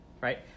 right